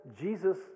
Jesus